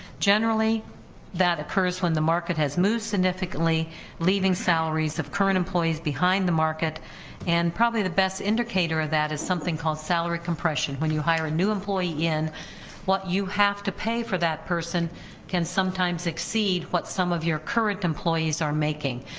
generally that occurs when the market has moved significantly leaving salaries of current employees behind, the market and probably the best indicator of that is something called salary compression, when you hire a new employee in what you have to pay for that person can sometimes exceed what some of your current employees are making,